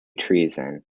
treason